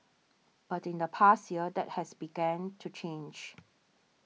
but in the past year that has begun to change